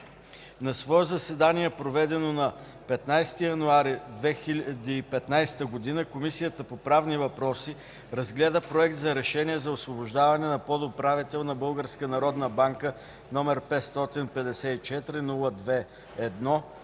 На свое заседание, проведено на 15 януари 2015 г., Комисията по правни въпроси разгледа Проект за решение за освобождаване на подуправител на Българската